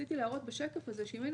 שרציתי להראות בשקף הזה הוא שיש לנו